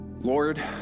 Lord